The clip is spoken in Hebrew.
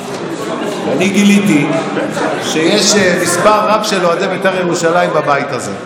אני גיליתי שיש מספר רב של אוהדי בית"ר ירושלים בבית הזה.